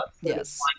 yes